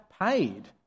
paid